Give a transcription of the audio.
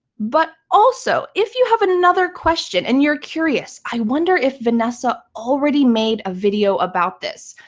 but also if you have another question and you're curious, i wonder if vanessa already made a video about this,